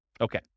Okay